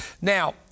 Now